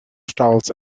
stalls